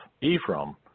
Ephraim